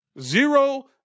Zero